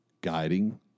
guiding